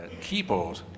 keyboard